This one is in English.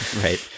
Right